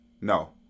No